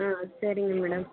ஆ சரிங்க மேடம்